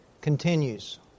continues